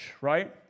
right